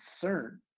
concern